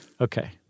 Okay